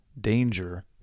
danger